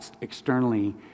externally